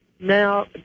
now